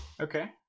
Okay